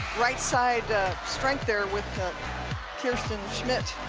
right side strengththere with kierstin schmitt